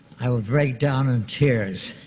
i would break down in tears.